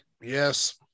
Yes